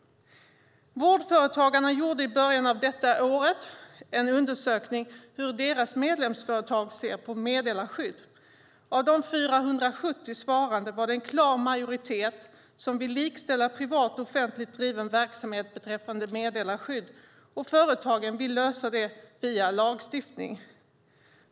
Vårdföretagarna gjorde i början av detta år en undersökning av hur deras medlemsföretag såg på meddelarskydd. Av de 470 svarande var det en klar majoritet som ville likställa privat och offentligt driven verksamhet beträffande meddelarskydd, och företagen ville lösa det via lagstiftning.